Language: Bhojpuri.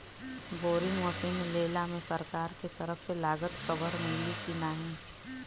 बोरिंग मसीन लेला मे सरकार के तरफ से लागत कवर मिली की नाही?